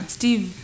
Steve